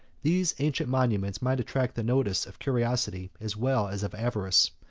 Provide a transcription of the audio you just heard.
these ancient monuments might attract the notice of curiosity, as well as of avarice.